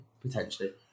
potentially